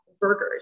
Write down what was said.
burgers